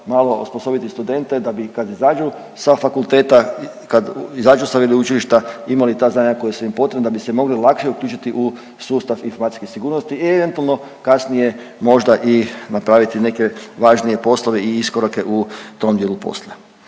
malo osposobiti studente da bi kad izađu sa fakulteta, kad izađu sa veleučilišta imali ta znanja koja su im potrebna da bi se mogli lakše uključiti u sustav informacijske sigurnosti i eventualno kasnije možda i napraviti neke važnije poslove i iskorake u tom dijelu posla.